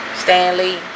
Stanley